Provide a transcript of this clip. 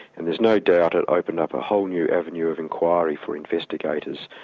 and there's no doubt it opened up a whole new avenue of inquiry for investigators.